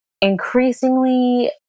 increasingly